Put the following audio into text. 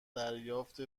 دریافت